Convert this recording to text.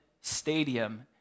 stadium